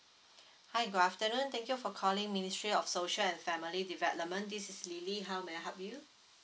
hi good afternoon thank you for calling ministry of social and family development this is lily how may I help you